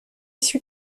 suis